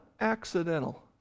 accidental